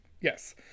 Yes